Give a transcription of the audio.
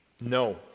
No